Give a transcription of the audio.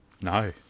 No